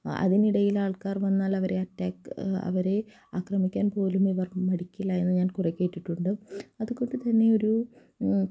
അതിനിടയിൽ ആൾക്കാർ വന്നാൽ അവരെ അറ്റാക് അവരെ ആക്രമിക്കാൻ പോലും ഇവർ മടിക്കില്ല എന്ന് ഞാൻ കുറേ കേട്ടിട്ടുണ്ട് അതുകൊണ്ട് തന്നെ ഒരൂ